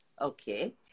Okay